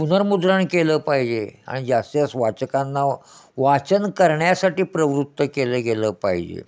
पुनर्मुद्रण केलं पाहिजे आणि जास्तीतजास्त वाचकांना वाचन करण्यासाठी प्रवृत्त केलं गेलं पाहिजे